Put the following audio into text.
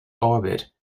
orbit